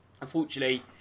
unfortunately